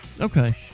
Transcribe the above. Okay